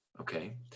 Okay